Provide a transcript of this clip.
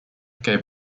gave